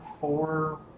four